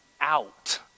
out